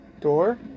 Door